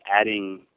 adding